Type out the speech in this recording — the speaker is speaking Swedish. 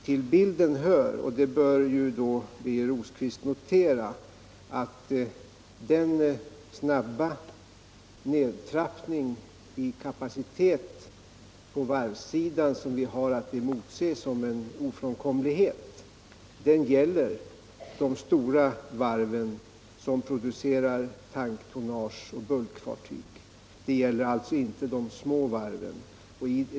Till bilden hör — och det bör Birger Rosqvist notera - att den snabba nedtrappning i kapaciteten på varvssidan som vi har att motse som en ofrånkomlighet gäller de stora varven, som producerar tanktonnage och Om de privatdrivna varvens konkurrensförhållanden bulkfartyg. Den gäller alltså inte de små varven.